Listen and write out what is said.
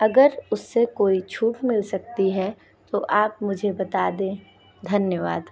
अगर उससे कोई छूट मिल सकती है तो आप मुझे बता दें धन्यवाद